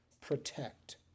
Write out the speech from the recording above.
Protect